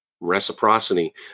Reciprocity